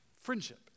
friendship